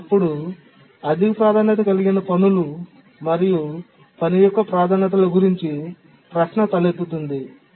అప్పుడు అధిక ప్రాధాన్యత కలిగిన పనులు మరియు పని యొక్క ప్రాధాన్యతల గురించి ప్రశ్న తలెత్తుతుంది